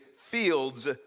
fields